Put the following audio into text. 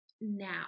now